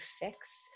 fix